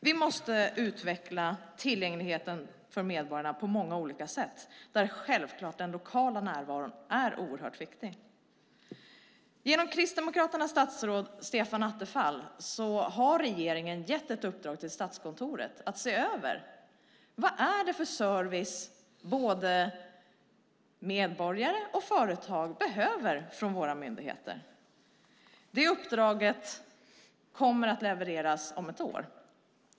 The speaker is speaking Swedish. Vi måste utveckla tillgängligheten för medborgarna på många olika sätt, och den lokala närvaron är självklart viktig. Genom Kristdemokraternas statsråd Stefan Attefall har regeringen gett ett uppdrag till Statskontoret att se över vad det är för service medborgare och företag behöver från våra myndigheter. Uppdraget kommer att levereras om ett år.